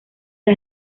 las